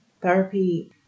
therapy